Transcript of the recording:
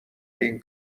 این